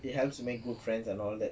it helps make good friends and all that